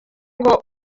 ngo